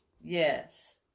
Yes